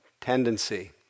tendency